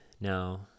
now